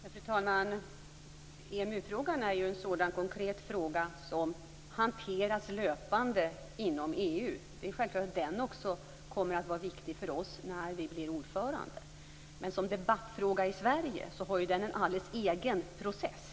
Fru talman! EMU-frågan är en sådan konkret fråga som hanteras löpande inom EU. Det är självklart att den också kommer att vara viktig för oss när Sverige blir ordförandeland. Men som debattfråga i Sverige har den en alldeles egen process.